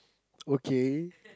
okay